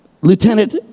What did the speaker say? Lieutenant